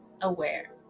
aware